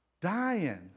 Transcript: dying